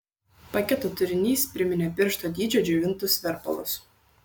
paketo turinys priminė piršto dydžio džiovintus verpalus